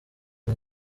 iyi